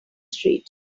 street